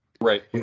Right